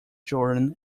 jordan